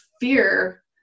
fear